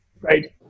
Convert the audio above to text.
Right